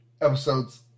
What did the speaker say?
episodes